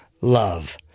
Love